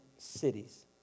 Cities